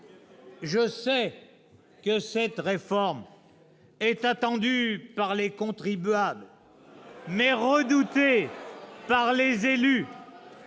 Je sais que cette réforme est attendue par les contribuables, mais redoutée par les élus.